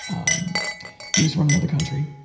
um he was from another country.